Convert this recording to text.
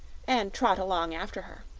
and trot along after her.